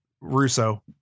russo